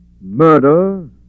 Murder